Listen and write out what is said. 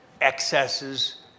excesses